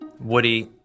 Woody